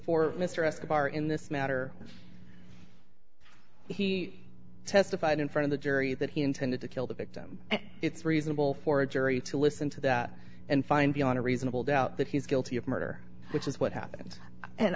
escobar in this matter he testified in front of the jury that he intended to kill the victim and it's reasonable for a jury to listen to that and find beyond a reasonable doubt that he's guilty of murder which is what happened and